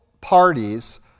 parties